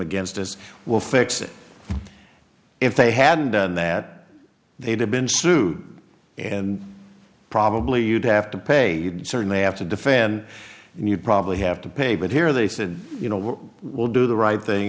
against as will fix it if they hadn't done that they'd have been sued and probably you'd have to pay certainly have to defend you'd probably have to pay but here they said you know what will do the right thing